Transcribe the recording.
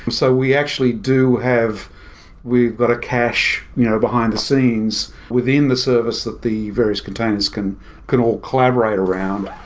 so we actually do have we've got a cache you know behind the scenes within the service that the various containers can can all collaborate around.